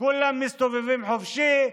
כולם מסתובבים חופשי,